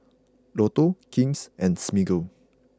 Lotto King's and Smiggle